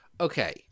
Okay